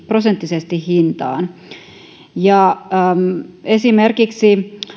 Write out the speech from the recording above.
prosenttisesti hintaan esimerkiksi